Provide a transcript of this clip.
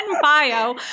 bio